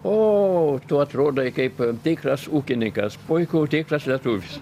o tu atrodai kaip tikras ūkininkas puiku tikras lietuvis